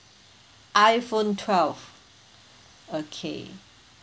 iphone twelve okay